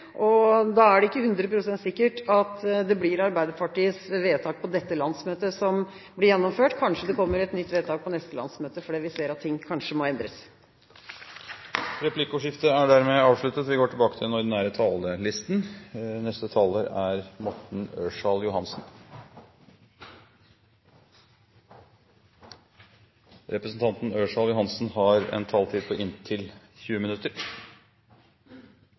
og da er det ikke 100 pst. sikkert at det blir Arbeiderpartiets vedtak på dette landsmøtet som blir gjennomført. Kanskje det kommer et nytt vedtak på neste landsmøte, fordi vi ser at ting kanskje må endres. Replikkordskiftet er dermed avsluttet. Neste taler er Morten Ørsal Johansen, som har en taletid på inntil 20 minutter.